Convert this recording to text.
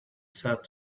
said